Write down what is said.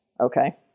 Okay